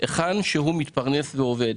היכן שהוא מתפרנס ועובד.